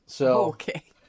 Okay